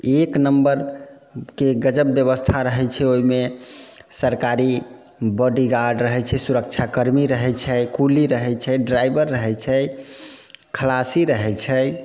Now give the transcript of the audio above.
एक नम्बरके गजब व्यवस्था रहै छै ओइमे सरकारी बॉडीगार्ड रहै छै सुरक्षाकर्मी रहै छै कूली रहै छै ड्राइवर रहै छै खलासी रहै छै